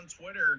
Twitter